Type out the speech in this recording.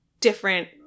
different